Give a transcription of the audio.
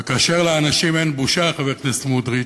וכאשר לאנשים אין בושה, חבר הכנסת סמוטריץ,